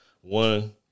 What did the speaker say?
One